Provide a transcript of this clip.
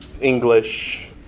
English